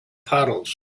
puddles